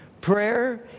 prayer